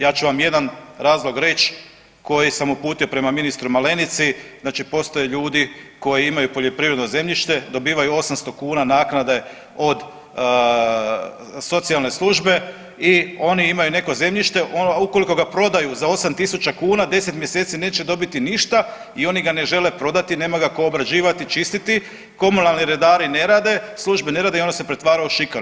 Ja ću vam jedan razlog reć koji sam uputio prema ministru Malenici, znači postoje ljudi koji imaju poljoprivredno zemljište, dobivaju 800 kuna naknade od socijalne službe i oni imaju neko zemljište, a ukoliko ga prodaju za 8.000 kuna 10 mjeseci neće dobiti ništa i oni ga ne žele prodati, nema ga ko obrađivati i čistiti, komunalni redari ne rade, službe ne rade i one se pretvaraju u šikare.